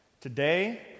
Today